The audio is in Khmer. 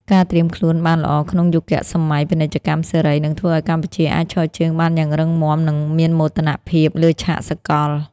ការត្រៀមខ្លួនបានល្អក្នុងយុគសម័យពាណិជ្ជកម្មសេរី នឹងធ្វើឱ្យកម្ពុជាអាចឈរជើងបានយ៉ាងរឹងមាំ និងមានមោទនភាពលើឆាកសកល។